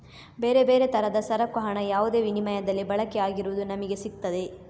ಬೇರೆ ಬೇರೆ ತರದ ಸರಕು ಹಣ ಯಾವುದೇ ವಿನಿಮಯದಲ್ಲಿ ಬಳಕೆ ಆಗಿರುವುದು ನಮಿಗೆ ಸಿಗ್ತದೆ